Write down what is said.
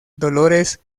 dolores